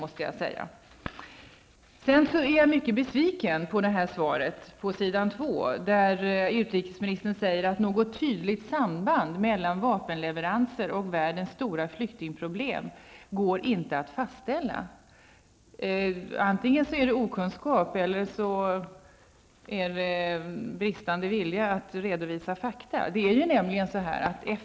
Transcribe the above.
Jag är mycket besviken på den del av utrikesministerns svar på s. 2 där utrikesministern säger: ''Något tydligt samband mellan dessa leveranser och världens stora flyktingproblem går emellertid inte att fastställa''. Detta är okunskap, eller bristande vilja att redovisa fakta.